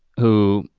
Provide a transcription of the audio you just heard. who,